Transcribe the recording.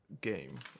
game